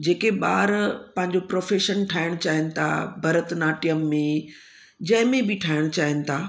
जेके ॿार पंहिंजो प्रोफ़ेशन ठाहिणु चाहीनि था भरतनाट्यम में जंहिं में बि ठाहिणु चाहीनि था